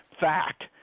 Fact